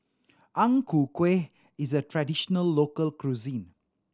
Ang Ku Kueh is a traditional local cuisine